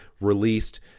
released